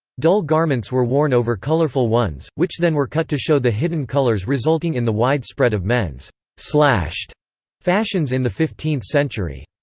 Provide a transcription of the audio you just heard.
dull garments were worn over colourful ones, which then were cut to show the hidden colours resulting in the wide spread of men's slashed fashions in the fifteenth century.